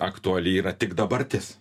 aktuali yra tik dabartis